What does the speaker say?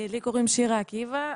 לי קוראים שירה עקיבא,